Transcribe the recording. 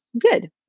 good